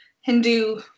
Hindu